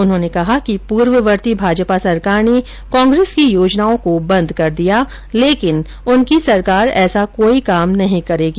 उन्होंने कहा कि पूर्ववर्ती भाजपा सरकार ने कांग्रेस की योजनाओं को बंद कर दिया लेकिन उनकी सरकार ऐसा कोई काम नहीं करेगी